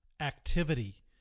activity